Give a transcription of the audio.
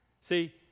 See